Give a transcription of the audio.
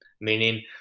Meaning